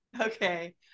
Okay